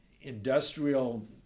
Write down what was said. industrial